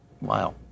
Wow